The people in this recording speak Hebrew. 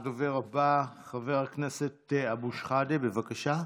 הדובר הבא, חבר הכנסת אבו שחאדה, בבקשה.